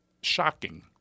shocking